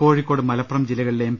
കോഴിക്കോട് മലപ്പുറം ജില്ലകളിലെ എം